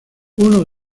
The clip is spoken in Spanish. uno